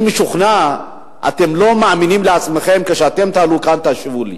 ואני משוכנע שאתם לא תאמינו לעצמכם כשתעלו לכאן ותשיבו לי.